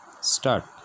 start